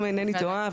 אם אינני טועה,